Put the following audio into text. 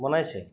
বনাইছে